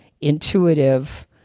intuitive